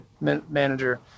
manager